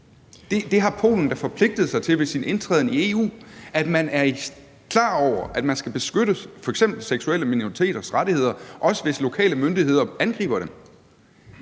Det har Polen da forpligtet sig til ved sin indtræden i EU: at man er klar over, at man skal beskytte f.eks. seksuelle minoriteters rettigheder, også hvis lokale myndigheder angriber dem.